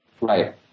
Right